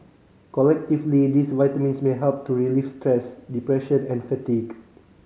collectively these vitamins may help to relieve stress depression and fatigue